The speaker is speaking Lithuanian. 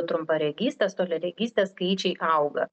trumparegystės toliaregystės skaičiai auga